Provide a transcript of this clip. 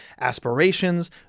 aspirations